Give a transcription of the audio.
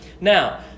Now